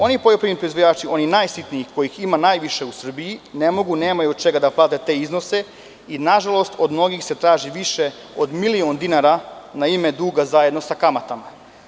Oni poljoprivredni proizvođači, najsitniji, kojih ima najviše u Srbiji, ne mogu, nemaju od čega da plate te iznose i, nažalost, od mnogih se traži više od milion dinara na ime duga, zajedno sa kamatama.